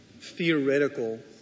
theoretical